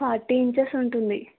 forty inches ఉంటుంది